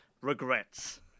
regrets